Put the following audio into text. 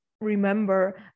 remember